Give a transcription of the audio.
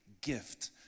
gift